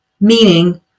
meaning